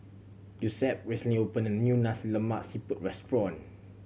Giuseppe recently opened a new Lemak Siput restaurant